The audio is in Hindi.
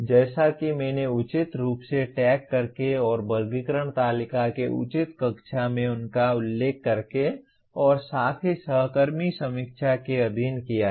जैसा कि मैंने उचित रूप से टैग करके और वर्गीकरण तालिका के उचित कक्षों में उनका उल्लेख करके और साथ ही सहकर्मी समीक्षा के अधीन किया है